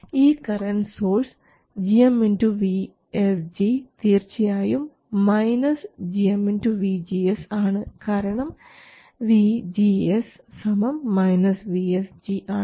ഈ current source gm vSG തീർച്ചയായും gm vGS ആണ് കാരണം vGS vSG ആണ്